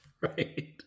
Right